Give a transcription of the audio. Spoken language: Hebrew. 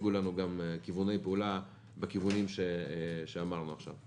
תציגו לנו גם כיווני פעולה בכיוונים שאמרנו עכשיו.